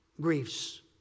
griefs